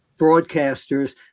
broadcasters